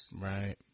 Right